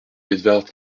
edward